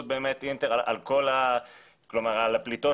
שבעיני קריטיות